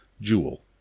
jewel